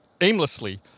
aimlessly